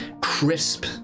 crisp